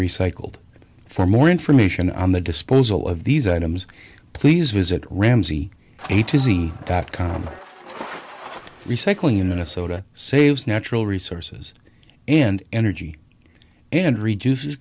recycled for more information on the disposal of these items please visit ramsay dot com recycling in a soda saves natural resources and energy and reduces